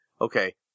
Okay